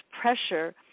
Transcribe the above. pressure